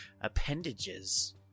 appendages